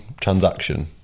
transaction